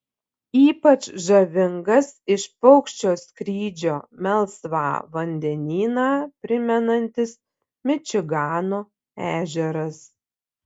ypač žavingas iš paukščio skrydžio melsvą vandenyną primenantis mičigano ežeras